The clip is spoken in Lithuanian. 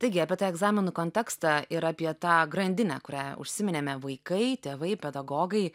taigi apie tą egzaminų kontekstą ir apie tą grandinę kurią užsiminėme vaikai tėvai pedagogai